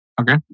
Okay